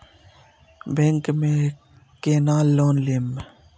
Bank में केना loan लेम?